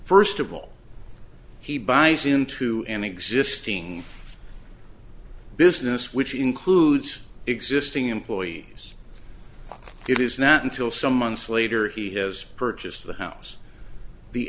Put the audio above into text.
first of all he buys into an existing business which includes existing employees it is not until some months later he has purchased the house the